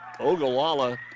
Ogallala